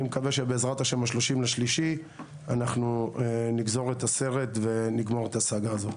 אני מקווה שבע"ה ב- 30.3 אנחנו נגזור את הסרט ונגמור את הסאגה הזאת.